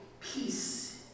peace